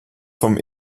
vom